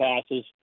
passes